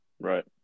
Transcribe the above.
right